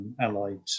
allied